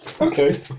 Okay